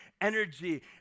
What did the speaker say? energy